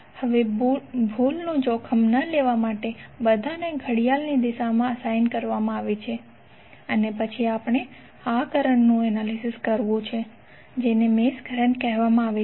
હવે ભૂલનું જોખમ ન લેવા માટે બધાને ઘડિયાળની દિશા અસાઇન કરવામાં આવી છે અને પછી આપણે આ કરંટનું એનાલિસિસ કરવું છે જેને મેશ કરંટ કહેવામાં આવે છે